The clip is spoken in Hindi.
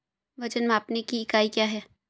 वजन मापने की इकाई क्या है?